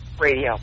Radio